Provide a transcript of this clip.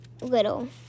little